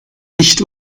nicht